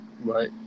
right